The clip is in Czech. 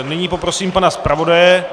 Nyní poprosím pana zpravodaje.